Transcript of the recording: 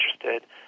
interested